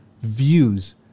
views